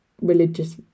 religious